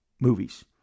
movies